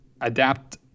adapt